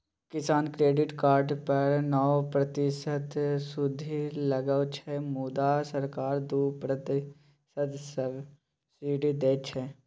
किसान credit card पर नौ प्रतिशतक सुदि लगै छै मुदा सरकार दु प्रतिशतक सब्सिडी दैत छै